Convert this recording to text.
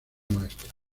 maestra